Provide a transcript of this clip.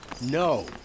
No